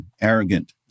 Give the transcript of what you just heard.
arrogant